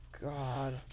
god